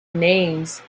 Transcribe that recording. names